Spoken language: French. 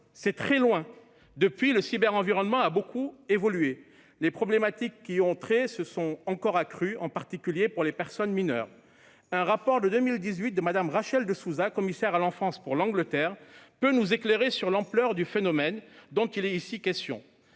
c'est très loin ! Depuis, le cyberenvironnement a beaucoup évolué. Les problématiques qui y ont trait se sont encore multipliées, en particulier pour les personnes mineures. Un rapport de 2018 de Mme Rachel de Souza, commissaire à l'enfance pour le Royaume-Uni, peut nous éclairer sur l'ampleur du phénomène dont il est ici question.